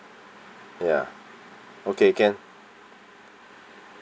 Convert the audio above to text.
ya okay can